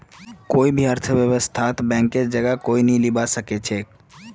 कोई भी अर्थव्यवस्थात बैंकेर जगह कोई नी लीबा सके छेक